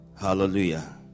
Hallelujah